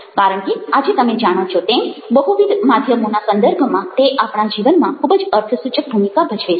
કારણ કે આજે તમે જાણો છો તેમ બહુવિધ માધ્યમોના સંદર્ભમાં તે આપણા જીવનમાં ખૂબ જ અર્થસૂચક ભૂમિકા ભજવે છે